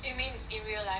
you mean in real life